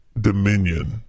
dominion